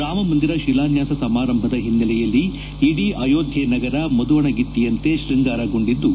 ರಾಮಮಂದಿರ ಶಿಲಾನ್ತಾಸ ಸಮಾರಂಭದ ಹಿನ್ನೆಲೆಯಲ್ಲಿ ಇಡೀ ಅಯೋಧ್ಯ ನಗರ ಮದುವಣಗಿತ್ತಿಯಂತೆ ಶ್ಯಂಗಾರಗೊಂಡಿದ್ದು